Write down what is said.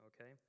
okay